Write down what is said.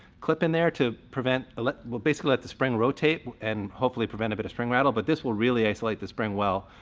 clip in there to prevent, well, basically let the spring rotate and hopefully prevent a bit of spring rattle. but this will really isolate the spring well,